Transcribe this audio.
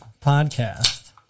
podcast